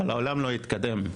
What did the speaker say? אבל לעולם לא יתקדם.